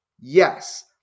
Yes